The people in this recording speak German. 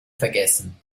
vergessen